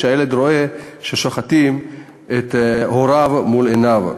שהילד רואה ששוחטים את הוריו מול עיניו.